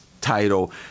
title